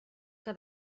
que